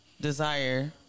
desire